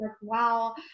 wow